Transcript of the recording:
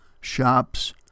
shops